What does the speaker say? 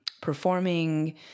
performing